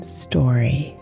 story